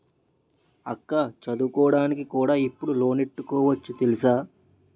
అక్కా చదువుకోడానికి కూడా ఇప్పుడు లోనెట్టుకోవచ్చు తెలుసా?